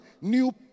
new